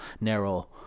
narrow